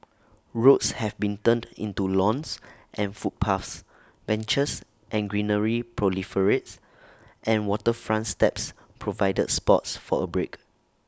roads have been turned into lawns and footpaths benches and greenery proliferates and waterfront steps provide spots for A break